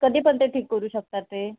कधी पण ते ठीक करू शकतात ते